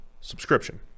subscription